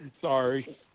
Sorry